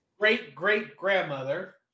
great-great-grandmother